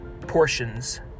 portions